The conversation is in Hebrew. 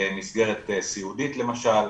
מסגרת סיעודית למשל,